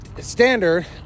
standard